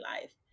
life